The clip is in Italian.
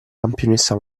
campionessa